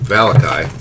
Valakai